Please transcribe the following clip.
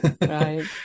Right